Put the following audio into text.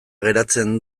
geratzen